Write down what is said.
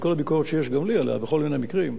עם כל הביקורת שיש גם לי עליה בכל מיני מקרים,